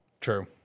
True